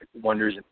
wonders